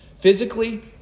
Physically